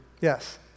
Yes